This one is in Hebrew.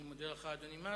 אני מודה לך, אדוני.